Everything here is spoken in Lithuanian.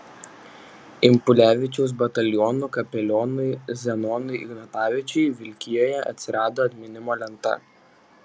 impulevičiaus batalionų kapelionui zenonui ignatavičiui vilkijoje atsirado atminimo lenta